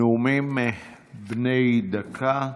נאומים בני דקה.